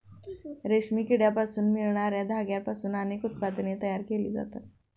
रेशमी किड्यांपासून मिळणार्या धाग्यांपासून अनेक उत्पादने तयार केली जातात